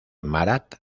marat